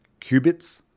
Qubits